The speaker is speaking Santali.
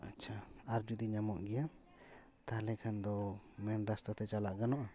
ᱟᱪᱪᱷᱟ ᱟᱨ ᱡᱩᱫᱤ ᱧᱟᱢᱚᱜ ᱜᱮᱭᱟ ᱛᱟᱦᱚᱞᱮ ᱠᱷᱟᱱ ᱫᱚ ᱢᱮᱹᱱ ᱨᱟᱥᱛᱟ ᱛᱮ ᱪᱟᱞᱟᱜ ᱜᱟᱱᱚᱜᱼᱟ